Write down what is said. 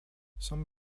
some